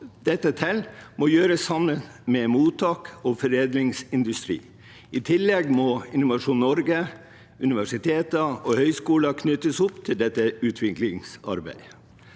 til må gjøres sammen med mottak og foredlingsindustri. I tillegg må Innovasjon Norge, universiteter og høyskoler knyttes opp til dette utviklingsarbeidet.